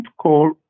call